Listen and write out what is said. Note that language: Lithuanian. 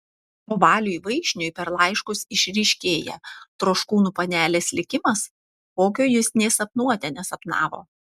o valiui vaišniui per laiškus išryškėja troškūnų panelės likimas kokio jis nė sapnuote nesapnavo